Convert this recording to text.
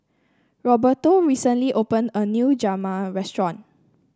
Roberto recently opened a new Restaurant